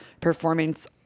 performance